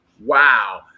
wow